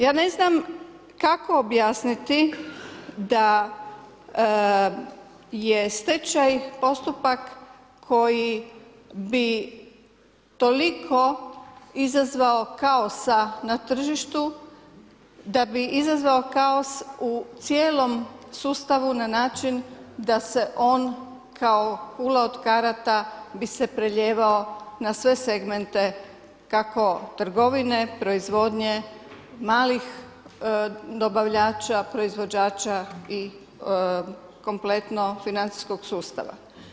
Ja ne znam kako objasniti da je stečaj postupak koji bi toliko izazvao kaosa na tržištu da bi izazvao kaos u cijelom sustavu na način da se on kao kula od karata bi se prelijevao na sve segmente kako trgovine, proizvodnje, malih dobavljača, proizvođača i kompletno financijskog sustava.